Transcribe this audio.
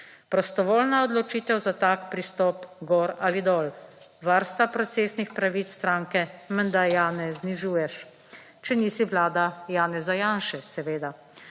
Prostovoljna odločitev za tak pristop gor ali dol. Varstva procesnih pravic stranke menda ja ne znižuješ, če nisi vlada Janeza Janše, seveda.